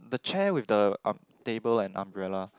the chair with the um table and umbrella